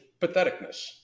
patheticness